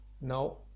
Now